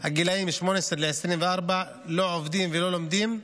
הגילים 18 ו-24 לא עובדים ולא לומדים,